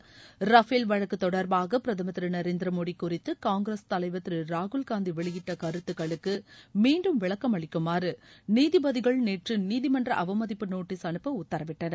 Rafale வழக்கு தொடர்பாக பிரதமர் திரு நரேந்திரமோடி குறித்து காங்கிரஸ் தலைவர் திரு ராகுல்காந்தி வெளியிட்ட கருத்துக்களுக்கு மீன்டும விளக்கமளிக்குமாறு நீதிபதிகள் நேற்று நீதிமன்ற அவமதிப்பு நோட்டீஸ் அனுப்ப உத்தரவிட்டனர்